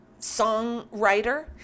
songwriter